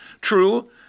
True